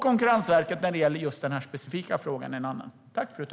Konkurrensverket är när det gäller just den här specifika frågan en annan myndighet.